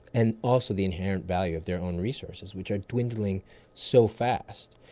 and also the inherent value of their own resources which are dwindling so fast.